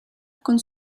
con